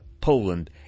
Poland